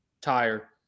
tire